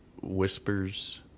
whispers